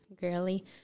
girly